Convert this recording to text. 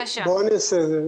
אז נעשה סדר.